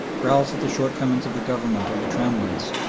growls at the shortcomings of the government or the tramways,